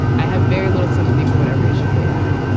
i have very little sympathy for whatever issues they had.